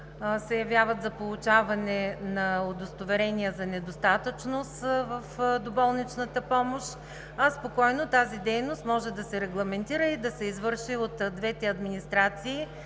се явяват за получаване на удостоверение за недостатъчност в доболничната помощ, а спокойно тази дейност може да се регламентира и да се извърши от двете администрации,